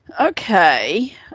okay